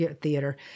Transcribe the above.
theater